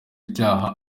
icyaha